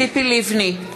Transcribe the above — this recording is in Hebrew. ציפי לבני,